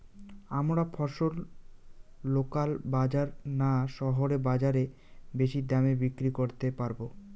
আমরা ফসল লোকাল বাজার না শহরের বাজারে বেশি দামে বিক্রি করতে পারবো?